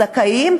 הזכאים,